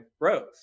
growth